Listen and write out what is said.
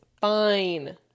fine